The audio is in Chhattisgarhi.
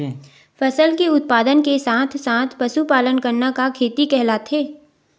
फसल के उत्पादन के साथ साथ पशुपालन करना का खेती कहलाथे?